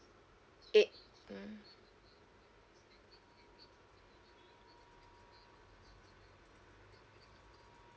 eight mm